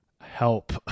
help